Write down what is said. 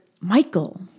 Michael